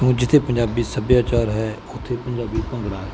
ਜਿੱਥੇ ਪੰਜਾਬੀ ਸੱਭਿਆਚਾਰ ਹੈ ਉੱਥੇ ਪੰਜਾਬੀ ਭੰਗੜਾ